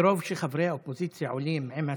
מרוב שחברי האופוזיציה עולים עם הספר,